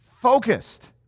focused